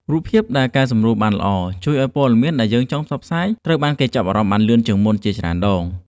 រូបភាពដែលកែសម្រួលបានល្អជួយឱ្យព័ត៌មានដែលយើងចង់ផ្សព្វផ្សាយត្រូវបានគេចាប់អារម្មណ៍បានលឿនជាងមុនជាច្រើនដង។